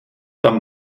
tam